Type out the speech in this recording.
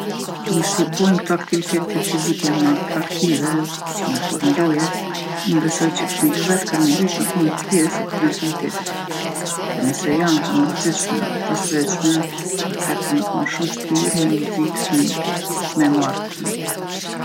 Po nëse i bojnë kto aktivitete fizike ma atraktive, si në formë loje, unë besoj që fmit vet kanë me lyp me kon pjesë e ktyne aktiviteteve. Po nëse janë të mërzitshme edhe t'përsëritshme, atherë ka me kon shumë vshtirë me i nxitë fmit me marrë pjesë.